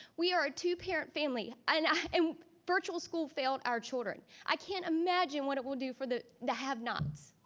we are a two parent family and um virtual school failed our children. i can't imagine what it will do for the the have not's.